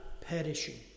perishing